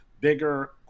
Bigger